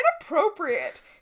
inappropriate